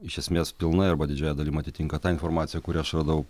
iš esmės pilnai arba didžiąja dalim atitinka tą informaciją kurią aš radau